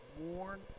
worn